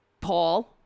Paul